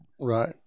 Right